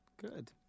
Good